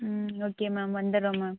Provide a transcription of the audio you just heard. ம் okay ma'am வந்துர்றோம் ma'am